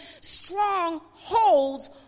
strongholds